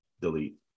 delete